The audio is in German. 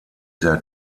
sehr